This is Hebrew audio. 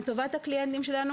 לטובת הקליינטים שלנו,